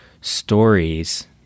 stories